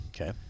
Okay